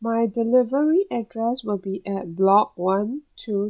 my delivery address will be at block one two